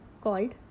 called